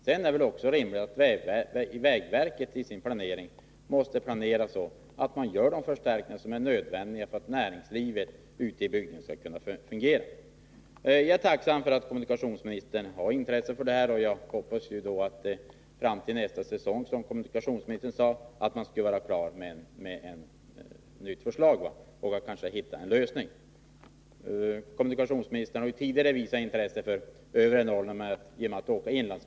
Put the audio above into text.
Sedan är det väl också rimligt att vägverket i sin planering räknar med att göra de förstärkningar som är nödvändiga för att näringslivet ute i bygderna skall kunna fungera. Jag är tacksam för att kommunikationsministern har intresse för saken och hoppas att man, som kommunikationsministern sade, nästa säsong kommer att vara klar med ett nytt förslag som innebär en lösning. Kommunikationsministern har ju genom att åka inlandsbanan tidigare visat intresse för övre Norrland.